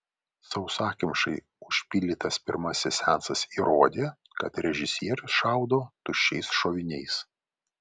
sausakimšai užpildytas pirmasis seansas įrodė kad režisierius šaudo tuščiais šoviniais